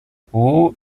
who